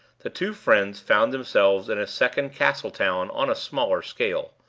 the two friends found themselves in a second castletown on a smaller scale.